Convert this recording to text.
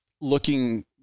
looking